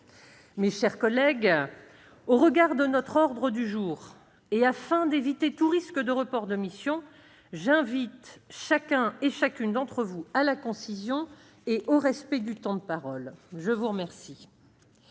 Mes chers collègues, au regard de notre ordre du jour, et afin d'éviter tout risque de report de mission, j'invite chacun et chacune d'entre vous à la concision et au respect du temps de parole. La parole